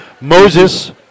Moses